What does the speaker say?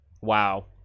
Wow